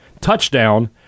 Touchdown